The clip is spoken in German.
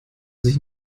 sich